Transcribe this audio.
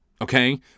Okay